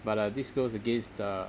but uh this goes against the